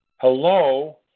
Hello